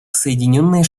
соединенные